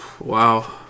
wow